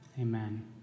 Amen